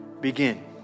begin